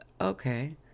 Okay